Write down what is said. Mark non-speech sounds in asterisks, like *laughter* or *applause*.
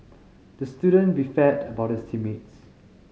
the student *unintelligible* about his team mates